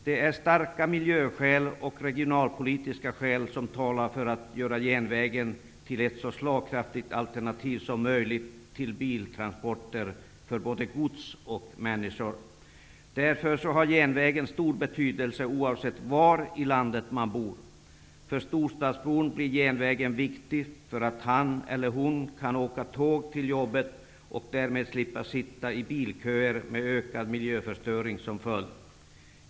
Det är starka miljöskäl och regionalpolitiska skäl som talar för att göra järnvägen till ett så slagkraftigt alternativ som möjligt till biltransporter för både gods och människor. Därför har järnvägen stor betydelse oavsett var i landet man bor. För storstadsbon blir järnvägen viktig för att han eller hon skall kunna åkta tåg till jobbet och därmed slippa sitta i bilköer med ökad miljöförstöring som följd.